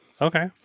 Okay